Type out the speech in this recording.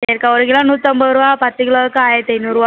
சரிக்கா ஒரு கிலோ நூற்றைம்பதுரூவா பத்து கிலோவுக்கு ஆயிரத்தி ஐந்நூறுரூபா